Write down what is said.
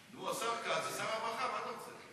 נו, השר כץ הוא שר הרווחה, מה אתה רוצה?